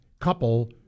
couple